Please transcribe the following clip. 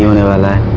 neela